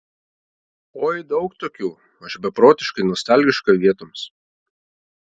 oi daug tokių aš beprotiškai nostalgiška vietoms